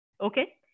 okay